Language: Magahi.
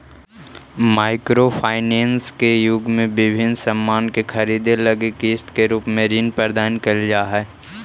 माइक्रो फाइनेंस के युग में विभिन्न सामान के खरीदे लगी किस्त के रूप में ऋण प्रदान कईल जा हई